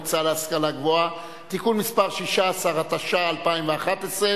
המועצה פועלת באמצעות מליאתה ובאמצעות הוועדות שלה,